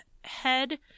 head